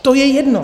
To je jedno.